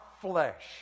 flesh